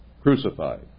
Crucified